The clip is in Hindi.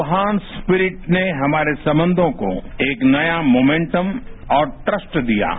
वृहान स्प्रिट ने हमारे संबंधों को एक नया मोमेन्टम और ट्रस्ट दिया है